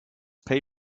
pay